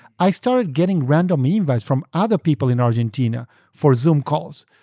i started getting random invites from other people in argentina for zoom calls.